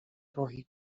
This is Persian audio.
راهی